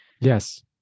Yes